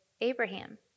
Abraham